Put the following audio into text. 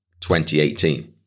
2018